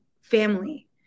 family